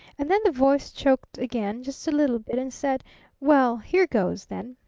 and then the voice choked again, just a little bit, and said well here goes, then.